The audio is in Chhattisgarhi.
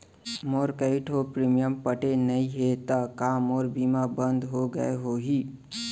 मोर कई ठो प्रीमियम पटे नई हे ता का मोर बीमा बंद हो गए होही?